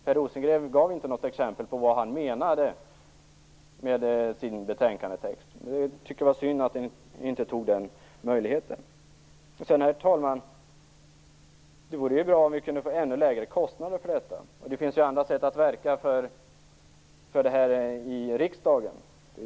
Per Rosengren gav inte något exempel på vad som avses i betänkandetexten. Det var synd att han inte utnyttjade den möjligheten. Herr talman! Det vore bra om kostnaderna kunde minskas ytterligare. Det finns ju andra sätt att verka för detta i riksdagen.